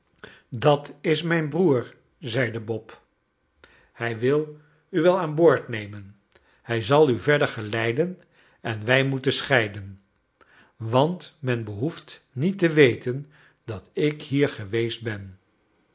dat is mijn broer zeide bob hij wil u wel aan boord nemen hij zal u verder geleiden en wij moeten scheiden want men behoeft niet te weten dat ik hier geweest ben